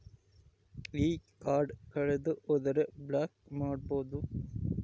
ಈ ಕಾರ್ಡ್ ಕಳೆದು ಹೋದರೆ ಬ್ಲಾಕ್ ಮಾಡಬಹುದು?